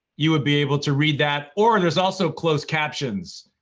you would be able to read that, or there's also closed captions,